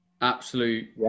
Absolute